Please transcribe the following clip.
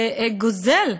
שגוזל,